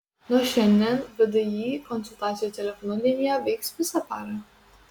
nuo šiandien vdi konsultacijų telefonu linija veiks visą parą